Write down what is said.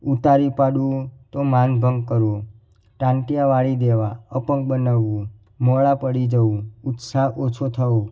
ઉતારી પડવું તો માનભંગ કરવું ટાંટિયા વાળી દેવા અપંગ બનાવવું મોળા પડી જવું ઉત્સાહ ઓછો થવો